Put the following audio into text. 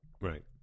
Right